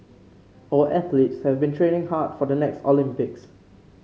our athletes have been training hard for the next Olympics